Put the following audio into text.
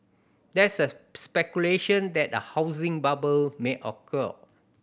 there is a speculation that a housing bubble may occur